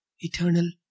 eternal